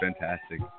fantastic